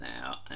now